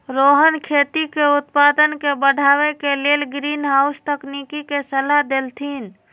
रोहन खेती के उत्पादन के बढ़ावे के लेल ग्रीनहाउस तकनिक के सलाह देलथिन